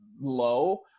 low